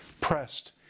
pressed